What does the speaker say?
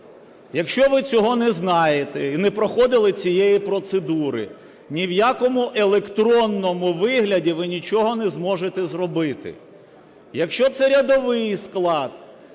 Якщо ви цього не знаєте і не проходили цієї процедури, ні в якому електронному вигляді ви нічого не зможете зробити. Якщо це рядовий склад,